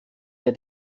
der